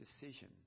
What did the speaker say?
decision